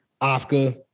Oscar